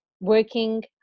working